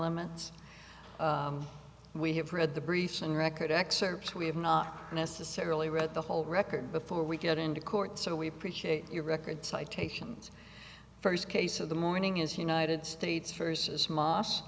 limits we have read the briefs and record excerpts we have not necessarily read the whole record before we get into court so we appreciate your record citations for his case of the morning is united states versus mos